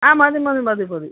ആ മതി മതി മതി മതി